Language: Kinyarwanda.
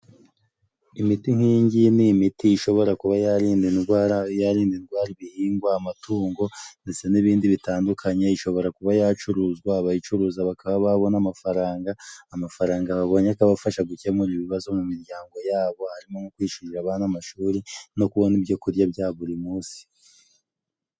Imiti nk'iyi ngiyi ni imiti ishobora kuba yarinda indwara. Yarinda indwara ibihingwa, amatungo ndetse n'ibindi bitandukanye. Ishobora kuba yacuruzwa, abayicuruza bakaba babona amafaranga, amafaranga babonye akabafasha gukemura ibibazo mu miryango yabo, harimo nko kwishyurira abana amashuri no kubona ibyo kurya bya buri munsi.